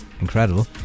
incredible